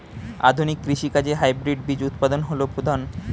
আধুনিক কৃষি কাজে হাইব্রিড বীজ উৎপাদন হল প্রধান